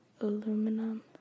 aluminum